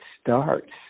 starts